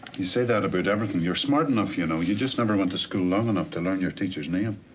you say that about everything. you're smart enough. you know you just never went to school long enough to learn your teacher's name.